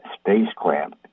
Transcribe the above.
spacecraft